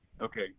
Okay